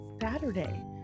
Saturday